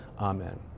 Amen